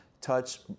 touch